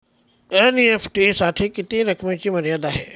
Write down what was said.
NEFT साठी किती रकमेची मर्यादा आहे?